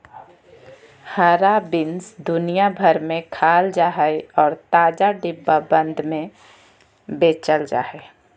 हरा बीन्स दुनिया भर में खाल जा हइ और ताजा, डिब्बाबंद में बेचल जा हइ